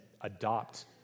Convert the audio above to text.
adopt